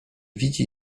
widzi